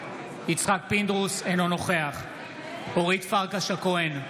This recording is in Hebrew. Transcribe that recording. אינו נוכח אורית פרקש הכהן,